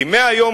כי מהיום,